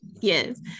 yes